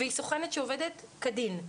היא סוכנת שעובדת כדין.